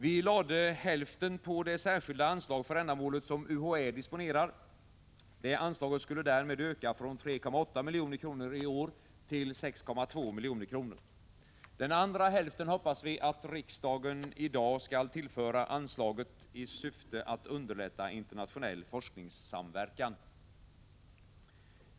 Vi lade hälften på det särskilda anslag för ändamålet som UHÄ disponerar. Det anslaget skulle därmed öka från 3,8 milj.kr. i år till 6,2 milj.kr. Den andra hälften hoppas vi att riksdagen i dag skall tillföra anslaget i syfte att underlätta internationell forskningssamverkan.